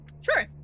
Sure